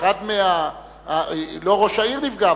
לא ראש העיר נפגע,